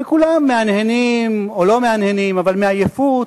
וכולם מהנהנים, או לא מהנהנים, אבל מעייפות,